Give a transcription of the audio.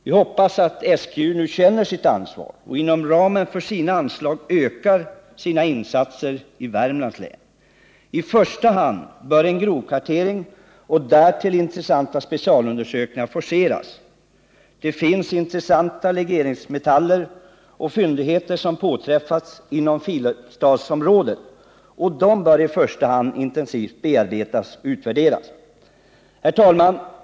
Vi hoppas att SGU nu känner sitt ansvar och inom ramen för sina anslag ökar sina insatser i Värmlands län. I första hand bör grovkartering och därtill hörande intressanta specialundersökningar forceras. De intressanta legeringsmetaller och fyndigheter som påträffats inom Filipstadsområdet bör intensivt bearbetas och utvärderas. Herr talman!